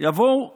יבואו החיילים,